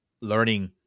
learning